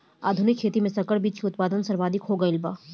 आधुनिक खेती में संकर बीज के उत्पादन सर्वाधिक हो गईल बा